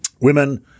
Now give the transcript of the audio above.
Women